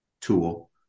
tool